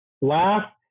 laugh